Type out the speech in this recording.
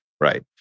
right